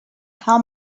how